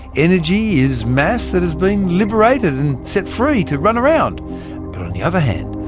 energy is mass that has been liberated and set free to run around. but on the other hand,